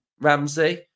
Ramsey